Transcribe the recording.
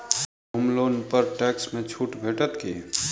होम loan पर tax मे छुट भेटत की